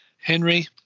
Henry